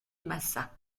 massa